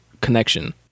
connection